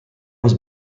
was